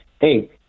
Hey